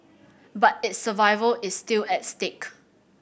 but its survival is still at stake